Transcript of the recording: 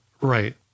Right